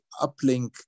uplink